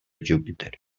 júpiter